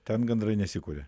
ten gandrai nesikuria